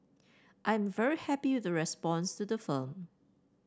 I am very happy with the response to the film